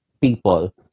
people